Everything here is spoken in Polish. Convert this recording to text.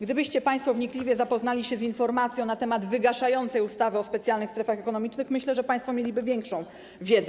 Gdybyście państwo wnikliwie zapoznali się z informacją na temat wygaszającej ustawy o specjalnych strefach ekonomicznych, to myślę, że państwo mieliby większą wiedzę.